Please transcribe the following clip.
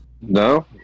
no